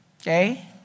Okay